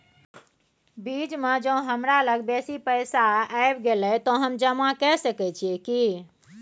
बीच म ज हमरा लग बेसी पैसा ऐब गेले त हम जमा के सके छिए की?